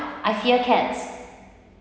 I fear cats